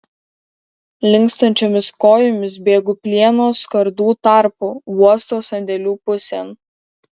linkstančiomis kojomis bėgu plieno skardų tarpu uosto sandėlių pusėn